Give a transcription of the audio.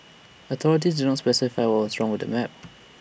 authorities did not specify what was wrong with the map